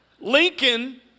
Lincoln